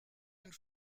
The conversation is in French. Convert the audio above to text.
une